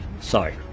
sorry